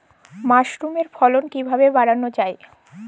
মাসরুমের ফলন কিভাবে বাড়ানো যায়?